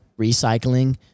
recycling